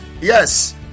yes